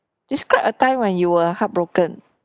describe a time when you were heartbroken